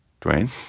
Dwayne